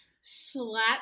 slap